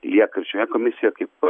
lieka šioje komisijoje kaip